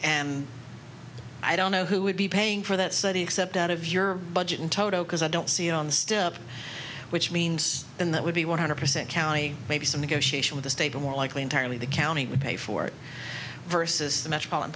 and i don't know who would be paying for that study except out of your budget in toto because i don't see it on the step which means then that would be one hundred percent county maybe some negotiation with the state but more likely entirely the county would pay for it versus the metropolitan